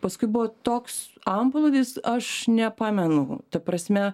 paskui buvo toks antplūdis aš nepamenu ta prasme